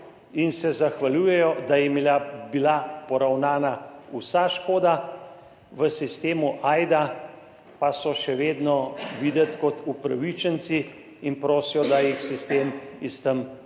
in se zahvaljujejo, da jim je bila poravnana vsa škoda, v sistemu Ajda pa so še vedno videti kot upravičenci, in prosijo, da jih sistem od tod